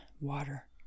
water